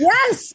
Yes